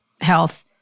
health